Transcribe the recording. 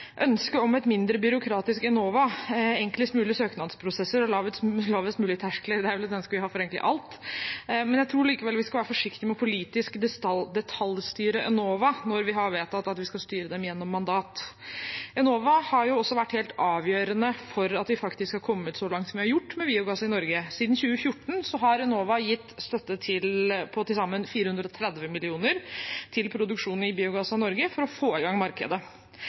ønsket om et mindre byråkratisk Enova, enklest mulige søknadsprosesser og lavest mulige terskler, ja, egentlig forenkling av alt, men jeg tror vi skal være forsiktige med politisk å detaljstyre Enova når vi har vedtatt at vi skal styre dem gjennom mandat. Enova har også vært helt avgjørende for at vi faktisk har kommet så langt som vi har gjort med biogass i Norge. Siden 2014 har Enova gitt støtte på til sammen 430 mill. kr til produksjon av biogass i Norge for å få i gang markedet.